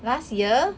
last year